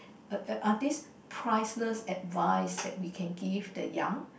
uh are this priceless advice that we can give the young